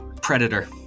Predator